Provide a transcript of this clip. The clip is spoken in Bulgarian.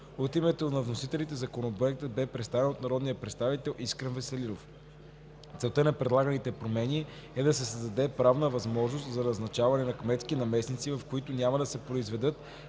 От името на вносителите Законопроектът бе представен от народния представител Искрен Веселинов. Целта на предлаганите промени е да се създаде правна възможност за назначаване на кметски наместници, в които няма да се произведат